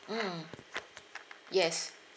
mm yes